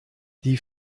die